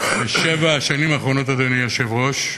בשבע השנים האחרונות, אדוני היושב-ראש,